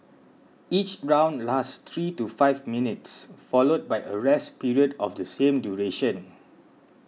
each round lasts three to five minutes followed by a rest period of the same duration